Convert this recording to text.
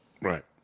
Right